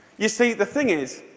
you see, the thing is,